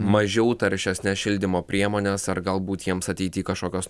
mažiau taršesnes šildymo priemones ar galbūt jiems ateity kažkokios